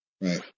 right